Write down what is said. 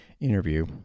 interview